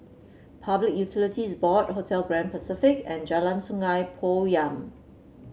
Public Utilities Board Hotel Grand Pacific and Jalan Sungei Poyan